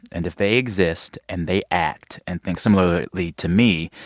and if they exist, and they act and think similarly to me,